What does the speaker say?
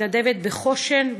מתנדבת בחוש"ן,